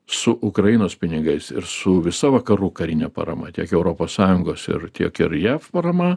su ukrainos pinigais ir su visa vakarų karine parama tiek europos sąjungos ir tiek ir jav parama